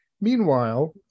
Meanwhile